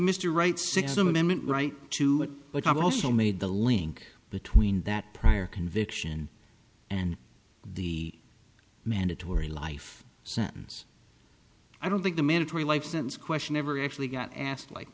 amendment right to but i've also made the link between that prior conviction and the mandatory life sentence i don't think the mandatory life sentence question ever actually got asked like